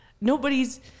nobody's